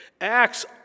Acts